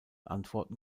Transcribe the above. antworten